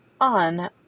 on